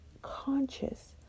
conscious